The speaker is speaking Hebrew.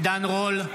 עידן רול,